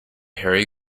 harry